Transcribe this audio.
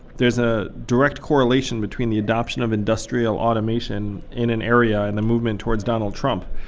there's a direct correlation between the adoption of industrial automation in an area and the movement towards donald trump.